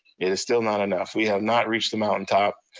it is still not enough. we have not reached the mountain top.